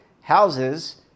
houses